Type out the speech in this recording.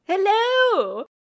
Hello